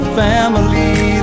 family